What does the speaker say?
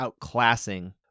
outclassing